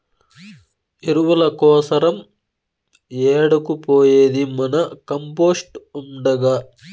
ఎరువుల కోసరం ఏడకు పోయేది మన కంపోస్ట్ ఉండగా